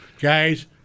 guys